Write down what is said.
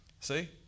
see